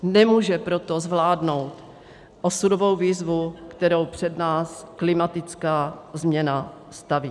Nemůže proto zvládnout osudovou výzvu, kterou před nás klimatická změna staví.